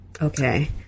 Okay